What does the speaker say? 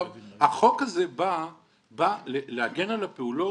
החוק הזה בא להגן על הפעולות,